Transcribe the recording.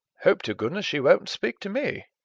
hope to goodness she won't speak to me!